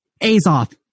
Azoth